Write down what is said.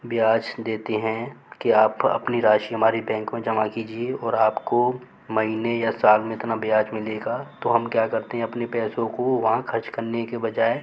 ब्याज देते हैं कि आप अपनी राशि हमारी बैंक में जमा कीजिए और आपको महीने या साल में इतना ब्याज मिलेगा तो हम क्या करते हैं अपने पैसों को वहाँ ख़र्च करने के बजाय